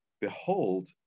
Behold